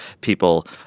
people